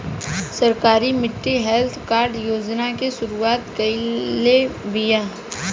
सरकार मिट्टी health card योजना के शुरूआत काइले बिआ